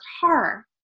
horror